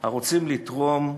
הרוצים לתרום,